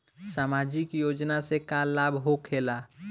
समाजिक योजना से का लाभ होखेला?